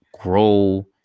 grow